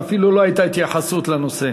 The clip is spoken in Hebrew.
ואפילו לא הייתה התייחסות לנושא.